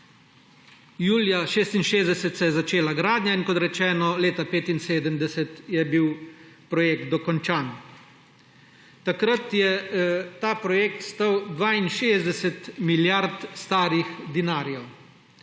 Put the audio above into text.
Julija 1966 se je začela gradnja, in kot rečeno, leta 1975 je bil projekt dokončan. Takrat je ta projekt stal 62 milijard starih dinarjev.